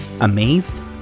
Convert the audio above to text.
amazed